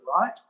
right